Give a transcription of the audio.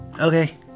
Okay